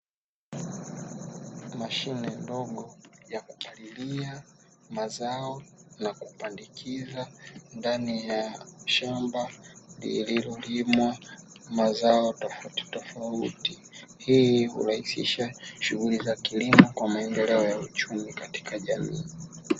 Mashine ndogo ya kupalilia mazao na kupandikiza ndani ya shamba lililolimwa mazao tofautitofauti, hii hurahisisha shughuli za kilimo kwa maendelo ya uchumi katika jamii.